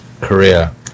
Korea